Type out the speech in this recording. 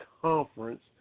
conference